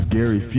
Gary